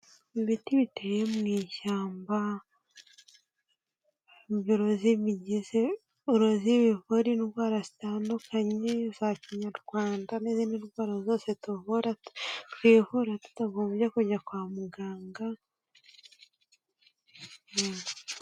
Ibiti biteye mu ishyamba biro zimigize uruzi bivura indwara zitandukanye za kinyarwanda, n'izindi ndwara zose tuvura twivura tutagombye kujya kwa muganga mu.